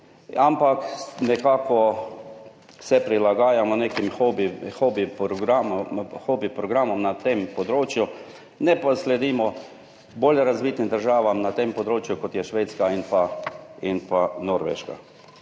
ampak nekako se prilagajamo nekim hobi programom na tem področju, ne sledimo bolj razvitim državam, kot sta Švedska in Norveška.